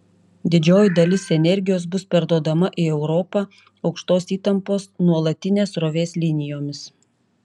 didžioji dalis energijos bus perduodama į europą aukštos įtampos nuolatinės srovės linijomis